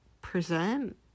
present